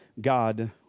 God